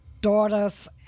daughters